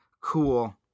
Cool